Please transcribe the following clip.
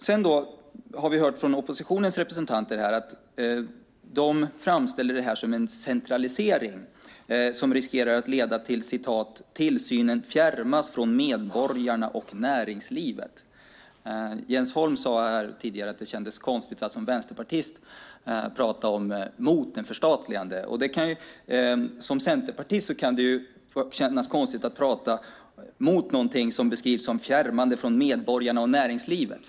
Vi har hört från oppositionens representanter att de framställer detta som en centralisering som riskerar att leda till att tillsynen fjärmas från medborgarna och näringslivet, som de säger. Jens Holm sade här tidigare att det kändes konstigt att som vänsterpartist prata mot ett förstatligande. Som centerpartist kan det kännas konstigt att prata om någonting som beskrivs som fjärmande från medborgarna och näringslivet.